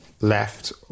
left